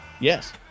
Yes